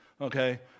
okay